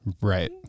right